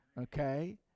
okay